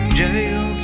jail